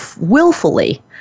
willfully